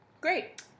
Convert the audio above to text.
Great